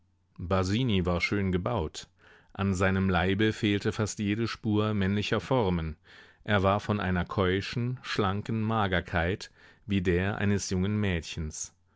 war schön gebaut an seinem leibe fehlte fast jede spur männlicher formen er war von einer keuschen schlanken magerkeit wie der eines jungen mädchens